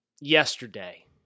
yesterday